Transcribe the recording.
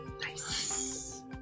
Nice